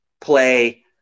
play